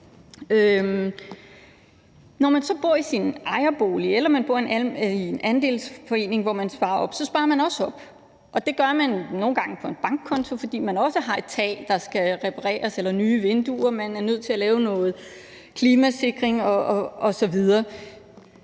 Når man så bor i sin ejerbolig eller i en andelsforening, sparer man også op, og det gør man nogle gange på en bankkonto, fordi man også har et tag, der skal repareres, skal have nye vinduer, er nødt til at lave noget klimasikring osv.